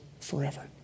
forever